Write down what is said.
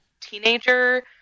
teenager